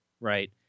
right